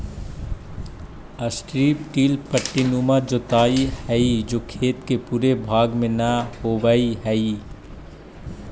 strip till पट्टीनुमा जोताई हई जो खेत के पूरे भाग में न होवऽ हई